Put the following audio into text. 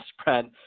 spread